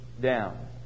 down